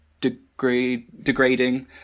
degrading